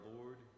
Lord